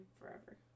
forever